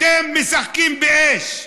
אתם משחקים באש.